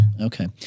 Okay